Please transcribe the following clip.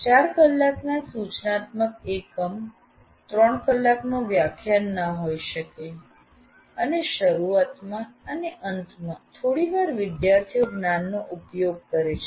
૪ કલાકના સૂચનાત્મક એકમ 3 કલાકનું વ્યાખ્યાન ના હોય શકે અને શરૂઆતમાં અને અંતમાં થોડીવાર વિદ્યાર્થીઓ જ્ઞાનનો ઉપયોગ કરે છે